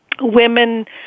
women